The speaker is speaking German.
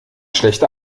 schlechte